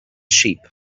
sheep